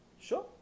Sure